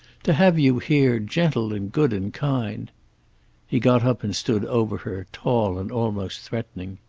to have you here, gentle and good and kind he got up and stood over her, tall and almost threatening.